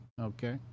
okay